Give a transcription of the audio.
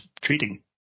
treating